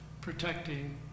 protecting